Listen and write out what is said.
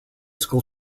school